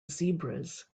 zebras